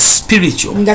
spiritual